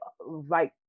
right